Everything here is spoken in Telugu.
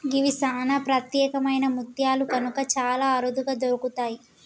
గివి సానా ప్రత్యేకమైన ముత్యాలు కనుక చాలా అరుదుగా దొరుకుతయి